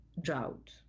drought